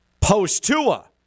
Post-Tua